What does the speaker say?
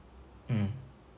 mm